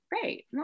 great